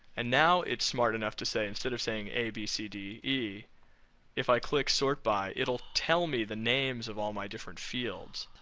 and now it's smart enough to say, instead of a b c d e if i click sort by, it'll tell me the names of all my different fields,